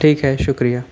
ٹھیک ہے شکریہ